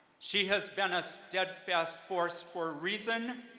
she has been a steadfast force for reason,